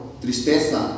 tristeza